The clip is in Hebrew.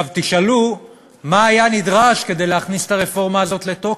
תשאלו מה היה נדרש כדי להכניס את הרפורמה הזאת לתוקף,